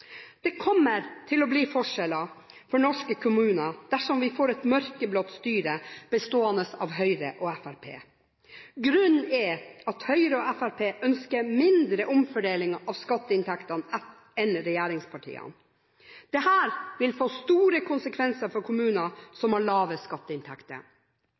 Det kommer til å bli en forskjell for norske kommuner dersom vi får et mørkeblått styre bestående av Høyre og Fremskrittspartiet. Grunnen er at Høyre og Fremskrittspartiet ønsker mindre omfordeling av skatteinntektene enn regjeringspartiene. Dette vil få store konsekvenser for kommuner som har lave skatteinntekter.